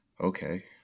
Okay